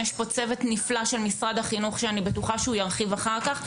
יש פה צוות נפלא של משרד החינוך שאני בטוחה שהוא ירחיב אחר כך.